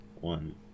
one